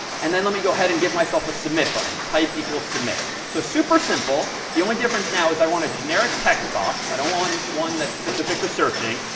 and then let me go ahead and give myself a submit button, type like submit. so super simple. the only difference now is i want a generic text box. i don't want one that's specific to searching.